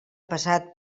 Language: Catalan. pesat